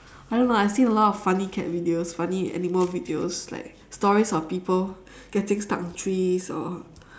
I don't know I've seen a lot of funny cat videos funny animal videos like stories of people getting stuck on trees or